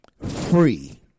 free